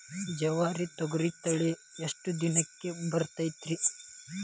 ಜವಾರಿ ತೊಗರಿ ತಳಿ ಎಷ್ಟ ದಿನಕ್ಕ ಬರತೈತ್ರಿ?